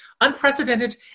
unprecedented